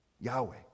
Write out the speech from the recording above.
Yahweh